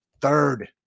third